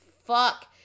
fuck